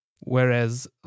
Whereas